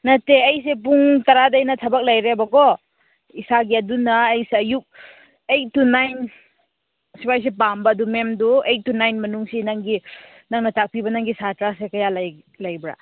ꯅꯠꯇꯦ ꯑꯩꯁꯦ ꯄꯨꯡ ꯇꯔꯥꯗꯩꯅ ꯊꯕꯛ ꯂꯩꯔꯦꯕꯀꯣ ꯏꯁꯥꯒꯤ ꯑꯗꯨꯅ ꯑꯩꯁꯦ ꯑꯌꯨꯛ ꯑꯩꯠ ꯇꯨ ꯅꯥꯏꯟ ꯑꯁꯨꯋꯥꯏꯁꯤ ꯄꯥꯝꯕ ꯑꯗꯨ ꯃꯦꯝꯗꯨ ꯑꯩꯠ ꯇꯨ ꯅꯥꯏꯟ ꯃꯅꯨꯡꯁꯤ ꯅꯪꯒꯤ ꯅꯪꯅ ꯇꯥꯛꯄꯤꯕ ꯅꯪꯒꯤ ꯁꯥꯇ꯭ꯔꯥꯁꯦ ꯀꯌꯥ ꯂꯩꯕ꯭ꯔꯥ